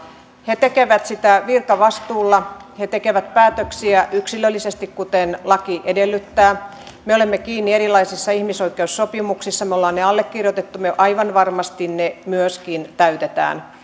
he tekevät sitä virkavastuulla he tekevät päätöksiä yksilöllisesti kuten laki edellyttää me olemme kiinni erilaisissa ihmisoikeussopimuksissa me olemme ne allekirjoittaneet me aivan varmasti ne myöskin täytämme